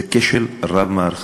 זה כשל רב-מערכתי.